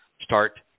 Start